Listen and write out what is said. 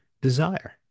desire